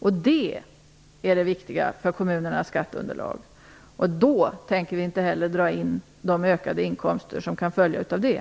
Det är det viktiga för kommunernas skatteunderlag. Vi tänker inte heller dra in de ökade inkomster som kan följa av det.